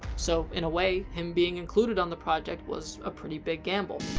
so, in a way, him being included on the project was a pretty big gamble.